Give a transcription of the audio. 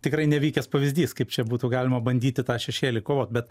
tikrai nevykęs pavyzdys kaip čia būtų galima bandyti tą šešėlį kovot bet